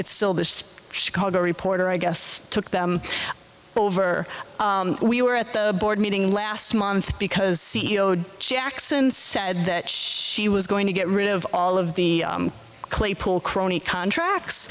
it's still the chicago reporter i guess took them over we were at the board meeting last month because c e o jackson said that he was going to get rid of all of the claypool crony contracts